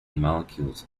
molecules